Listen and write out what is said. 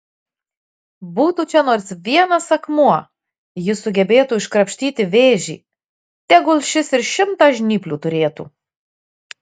būtų čia nors vienas akmuo jis sugebėtų iškrapštyti vėžį tegul šis ir šimtą žnyplių turėtų